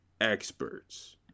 experts